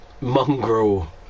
mongrel